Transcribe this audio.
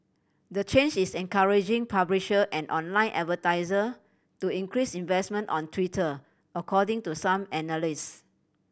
the change is encouraging publisher and online advertiser to increase investment on Twitter according to some analyst